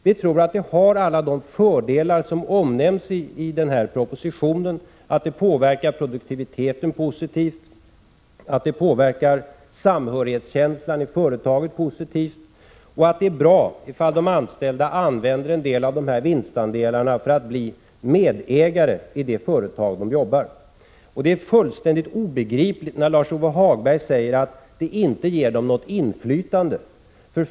Vi tror att det har alla de fördelar som omnämns i propositionen, att det påverkar produktiviteten positivt, att det påverkar samhörighetskänslan i företaget positivt och att det är bra ifall de anställda använder en del av vinstandelarna för att bli medägare i det företag där de jobbar. Det är fullständigt obegripligt när Lars-Ove Hagberg säger att det inte ger de anställda något inflytande.